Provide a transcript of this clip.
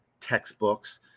textbooks